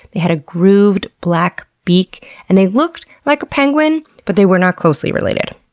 they had a grooved, black beak and they looked like a penguin, but they were not closely related.